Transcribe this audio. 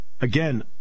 again